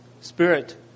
spirit